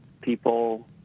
people